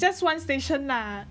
just one station lah